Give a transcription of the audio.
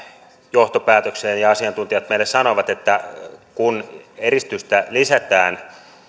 johtopäätökseen ja ja asiantuntijat meille sanoivat että kun eristystä lisätään